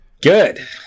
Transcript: Good